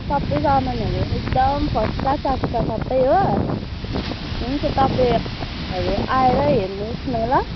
सबै सामानहरू एकदम फर्स्ट क्लास आएको छ सबै हो तपाईँहरू आएर हेर्नुहोस् न ल